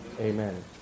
Amen